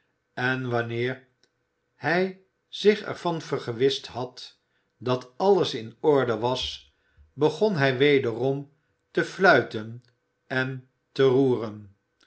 en wanneer hij zich er van vergewist had dat alles in orde was begon hij wederom te fluiten en te roeren